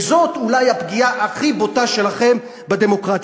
וזאת אולי הפגיעה הכי בוטה שלכם בדמוקרטיה,